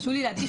חשוב לי להדגיש,